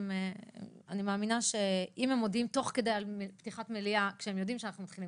אם מודיעים על פתיחת מליאה כשיודעים שאנחנו בדיון